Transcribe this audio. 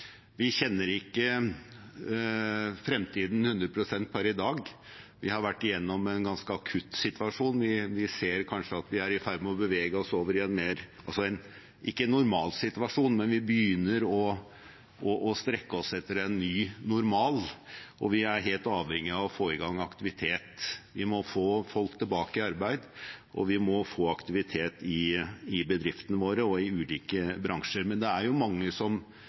kjenner ikke fremtiden 100 pst. per i dag. Vi har vært igjennom en ganske akutt situasjon. Vi ser kanskje at vi er i ferd med å bevege oss – ikke over i en normal situasjon, men vi begynner å strekke oss etter en ny normal, og vi er helt avhengig av å få i gang aktivitet. Vi må få folk tilbake i arbeid, og vi må få aktivitet i bedriftene våre og i ulike bransjer. Men det er mange som